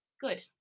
Good